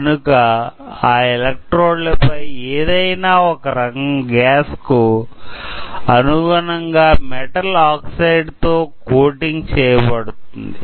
కనుక ఆ ఎలెక్ట్రోడ్ల పై ఏదయినా ఒక రకం గ్యాస్ కు అనుగుణం గా మెటల్ ఆక్సైడ్ తో కోటింగ్ చేయబడుతుంది